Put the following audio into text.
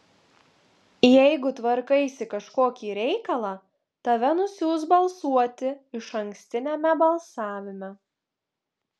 jeigu tvarkaisi kažkokį reikalą tave nusiųs balsuoti išankstiniame balsavime